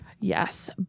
Yes